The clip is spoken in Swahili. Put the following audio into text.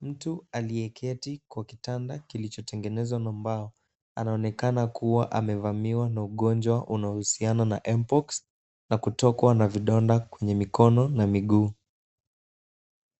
Mtu aliyeketi kwa kitanda kilichotengenezwa na mbao. Anaonekana kuwa amevamiwa na ugonjwa unaohusiana na m-pox na kutokwa na vidonda kwenye mikono na miguu.